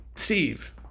Steve